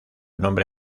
nombre